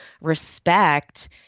respect